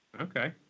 Okay